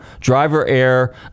driver-air